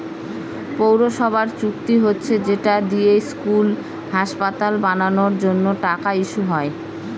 পৌরসভার চুক্তি হচ্ছে যেটা দিয়ে স্কুল, হাসপাতাল বানানোর জন্য টাকা ইস্যু হয়